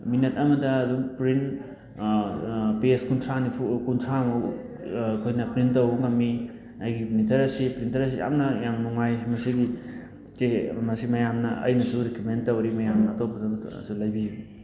minute ꯑꯃꯗ ꯑꯗꯨꯝ print page ꯀꯨꯟꯊ꯭ꯔꯥ ꯅꯤꯐꯨ ꯀꯨꯟꯊ꯭ꯔꯥꯃꯨꯛ ꯑꯩꯈꯣꯏꯅ ꯄ꯭ꯔꯤꯟ ꯇꯧꯕ ꯉꯝꯃꯤ ꯑꯩꯒꯤ ꯃꯤꯇꯔ ꯑꯁꯤ ꯄ꯭ꯔꯤꯟꯇꯔ ꯑꯁꯤ ꯌꯥꯝꯅ ꯌꯥꯝ ꯅꯨꯡꯉꯥꯏ ꯃꯁꯤꯒꯤ ꯆꯦ ꯃꯁꯤ ꯃꯌꯥꯝꯅ ꯑꯩꯅꯁꯨ ꯔꯤꯀꯃꯦꯟ ꯇꯧꯔꯤ ꯃꯌꯥꯝꯅ ꯑꯇꯣꯞꯄꯁꯨ ꯂꯩꯕꯤꯌꯨ